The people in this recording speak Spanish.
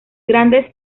grandes